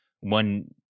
one